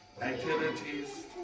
activities